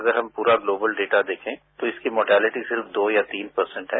अगर हम प्ररा ग्लोबल डेटा देखे तो इसकी मोर्टेलिटी सिर्फ दो या तीन परसेन्ट है